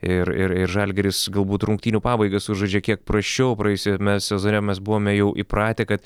ir ir ir žalgiris galbūt rungtynių pabaigą sužaidžia kiek prasčiau praėjusiame sezone mes buvome jau įpratę kad